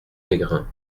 mégrin